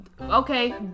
Okay